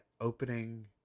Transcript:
opening